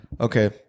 Okay